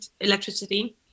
electricity